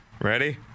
Ready